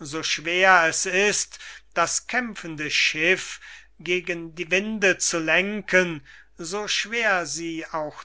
so schwer es ist das kämpfende schiff gegen die winde zu lenken so schwer sie auch